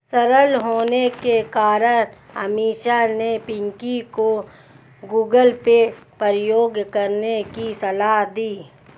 सरल होने के कारण अमीषा ने पिंकी को गूगल पे प्रयोग करने की सलाह दी